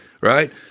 right